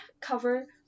cover